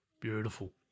Beautiful